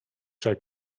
cze